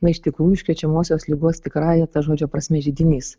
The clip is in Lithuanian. na iš tikrųjų užkrečiamosios ligos tikrąja ta žodžio prasme židinys